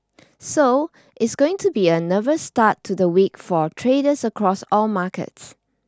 so it's going to be a nervous start to the week for traders across all markets